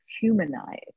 humanize